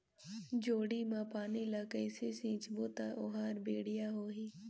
जोणी मा पानी ला कइसे सिंचबो ता ओहार बेडिया होही?